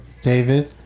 David